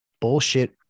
bullshit